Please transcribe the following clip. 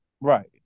right